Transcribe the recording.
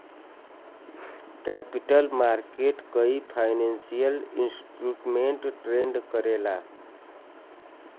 capital market कई financial instrument trade करला